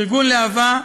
ארגון להב"ה,